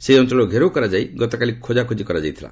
ସେହି ଅଞ୍ଚଳକୁ ଘେରାଓ କରାଯାଇ ଗତକାଲି ଖୋକାଖୋଜି କରାଯାଇଥିଲା